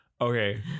okay